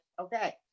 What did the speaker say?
okay